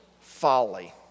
folly